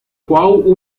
qual